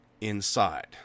inside